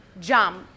jump